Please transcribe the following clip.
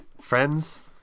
friends